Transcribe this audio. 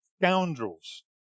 scoundrels